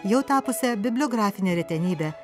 jau tapusią bibliografine retenybe